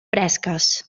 fresques